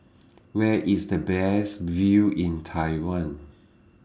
Where IS The Best View in Taiwan